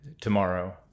tomorrow